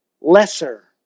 lesser